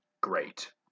great